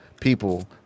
people